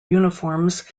uniforms